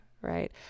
right